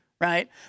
right